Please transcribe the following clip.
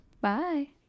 bye